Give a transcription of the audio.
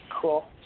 Cool